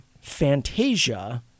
Fantasia